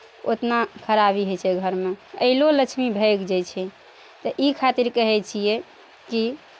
उतना खराबी होइ छै घरमे आएलो लक्ष्मी भागि जाइ छै तऽ ई खातिर कहै छियै कि